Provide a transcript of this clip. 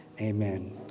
amen